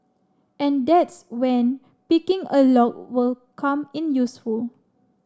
and that's when picking a lock will come in useful